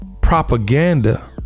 propaganda